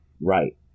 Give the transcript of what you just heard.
right